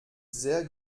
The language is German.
sehr